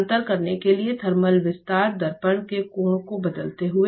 अंतर करने के लिए थर्मल विस्तार दर्पण के कोण को बदलते हुए